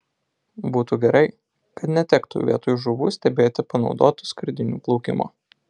būtų gerai kad netektų vietoj žuvų stebėti panaudotų skardinių plaukimo